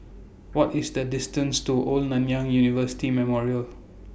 What IS The distance to Old Nanyang University Memorial